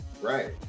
Right